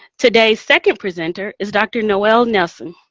today's second presenter is dr. noele nelson.